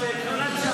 תתביישו.